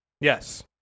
Yes